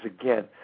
again